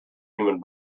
human